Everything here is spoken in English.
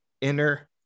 inner